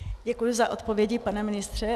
Děkuji za odpovědi, pane ministře.